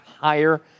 higher